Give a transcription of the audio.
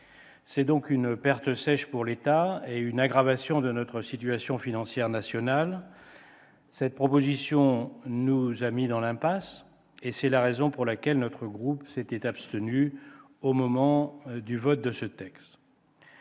s'agit donc d'une perte sèche pour l'État, aggravant notre situation financière nationale. Cette décision nous a mis dans l'impasse ; c'est la raison pour laquelle mon groupe s'était abstenu au moment du vote de ce texte.